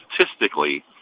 statistically